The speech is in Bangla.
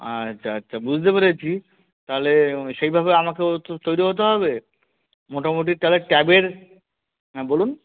আচ্ছা আচ্ছা বুঝতে পেরেছি তাহলে ওই সেইভাবে আমাকেও তো তৈরি হতে হবে মোটামোটি তাহলে ট্যাপের হ্যাঁ বলুন